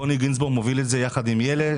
בוני גינצבורג מוביל את זה יחד עם ילה.